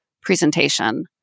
presentation